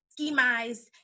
schemized